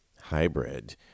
hybrid